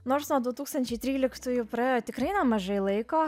nors nuo du tūkstančiai tryliktųjų praėjo tikrai nemažai laiko